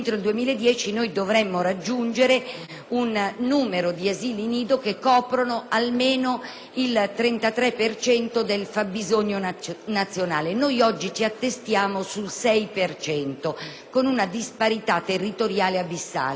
un numero di asili nido che coprano almeno il 33 per cento del fabbisogno nazionale. Noi oggi ci attestiamo sul 6 per cento, con una disparità territoriale abissale: una minore presenza